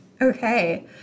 Okay